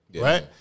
Right